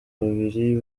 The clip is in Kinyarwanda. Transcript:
babiri